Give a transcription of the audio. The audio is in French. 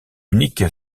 unique